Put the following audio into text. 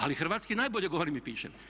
Ali hrvatski najbolje govorim i pišem.